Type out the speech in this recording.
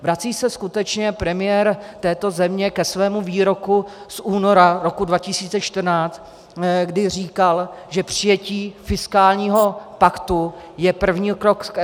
Vrací se skutečně premiér této země ke svému výroku z února roku 2014, kdy říkal, že přijetí fiskálního paktu je první krok k euru?